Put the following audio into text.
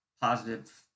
positive